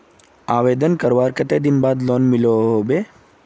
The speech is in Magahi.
आवेदन करवार कते दिन बाद लोन मिलोहो होबे?